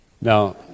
Now